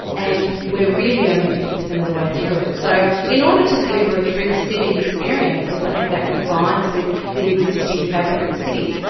and we're really only fifty percent of the way through it. so in order to deliver a true civic experience and something that combines with the existing fabric of the city,